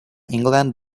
england